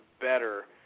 better